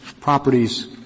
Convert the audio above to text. properties